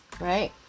Right